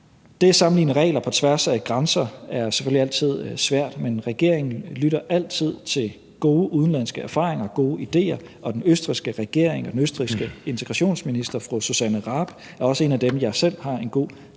at sammenligne regler på tværs af grænser er selvfølgelig altid svært, men regeringen lytter altid til gode udenlandske erfaringer og idéer, og den østrigske regering og den østrigske integrationsminister, fru Susanne Raab, er også en af dem, jeg selv har en god kontakt